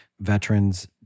veterans